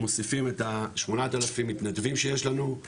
מוסיפים את ה-8,000 מתנדבים שיש לנו,